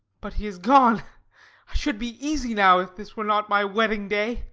but he is gone i should be easy now, if this were not my wedding-day.